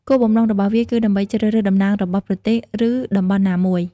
គោលបំណងរបស់វាគឺដើម្បីជ្រើសរើសតំណាងរបស់ប្រទេសឬតំបន់ណាមួយ។